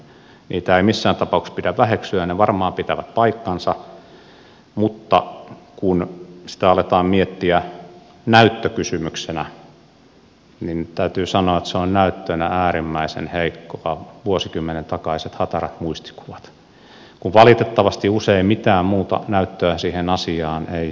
niitä ei missään tapauksessa pidä väheksyä ne varmaan pitävät paikkansa mutta kun sitä aletaan miettiä näyttökysymyksenä niin täytyy sanoa että vuosikymmenen takaiset hatarat muistikuvat ovat näyttönä äärimmäisen heikkoja kun valitettavasti usein mitään muuta näyttöä siihen asiaan ei juurikaan saada